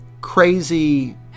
crazy